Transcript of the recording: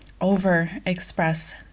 over-express